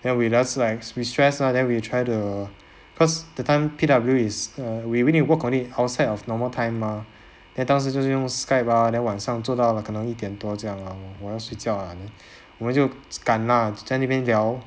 then we just like we stress ah then we try to cause that time P_W is err we we need to work on it outside of normal time mah then 当时就是用 skype ah then 晚上做到可能一点多这样 lor 我要睡觉 ah then 我们就赶 ah 在那一边聊